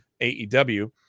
AEW